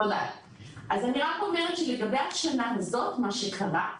אז אני רק אומרת שלגבי השנה הזאת מה שקרה,